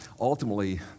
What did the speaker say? ultimately